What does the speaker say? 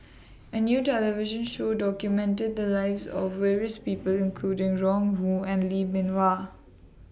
A New television Show documented The Lives of various People including Ron Wong and Lee Bee Wah